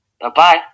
Bye-bye